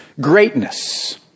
greatness